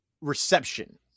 reception